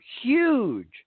huge